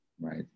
right